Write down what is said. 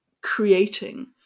creating